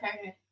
okay